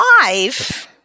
Five